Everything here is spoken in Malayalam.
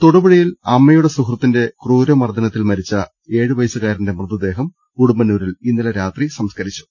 തൊടുപുഴയിൽ അമ്മയുടെ സുഹൃത്തിന്റെ ക്രൂരമർദ്ദനത്തിൽ മരിച്ച ഏഴുവയസ്സുകാരന്റെ മൃതദേഹം ഉടുമ്പന്നൂരിൽ ഇന്നലെ രാത്രി സംസ്കരിച്ചു